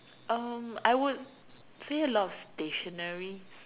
uh I would say a lot of stationeries